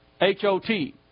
H-O-T